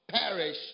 perish